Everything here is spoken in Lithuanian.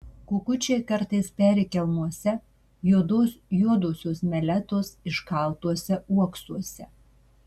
kukučiai kartais peri kelmuose juodosios meletos iškaltuose uoksuose